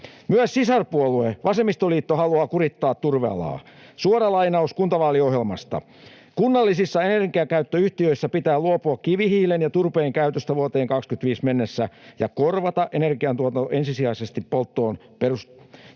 Myös sisarpuolue vasemmistoliitto haluaa kurittaa turvealaa. Suora lainaus kuntavaaliohjelmasta: ”Kunnallisissa energiayhtiöissä pitää luopua kivihiilen ja turpeen käytöstä vuoteen 25 mennessä ja korvata energiantuotanto ensisijaisesti polttoon perustumattomilla